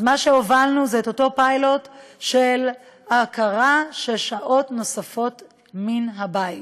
אז הובלנו את אותו פיילוט של ההכרה בשעות נוספות מן הבית,